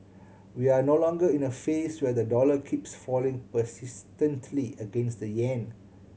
we're no longer in a phase where the dollar keeps falling persistently against the yen